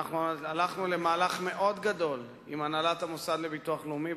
הלכנו למהלך מאוד גדול עם הנהלת המוסד לביטוח לאומי,